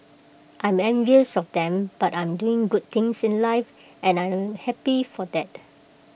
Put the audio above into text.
I'm envious of them but I'm doing good things in life and I am happy for that